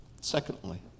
Secondly